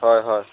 হয় হয়